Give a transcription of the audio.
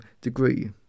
degree